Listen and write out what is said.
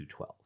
12